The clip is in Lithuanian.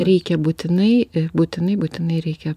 reikia būtinai būtinai būtinai reikia